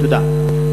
תודה.